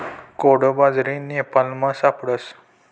कोडो बाजरी नेपालमा सापडस